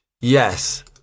Yes